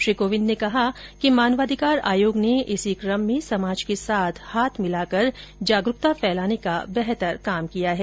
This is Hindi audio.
श्री कोविंद ने कहा कि मानवाधिकार आयोग ने इस क्रम में समाज के साथ हाथ मिलाकर जागरुकता फैलाने का बेहतर काम किया है